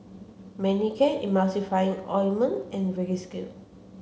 Manicare Emulsying Ointment and Vagisil